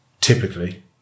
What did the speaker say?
typically